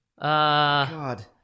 God